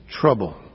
trouble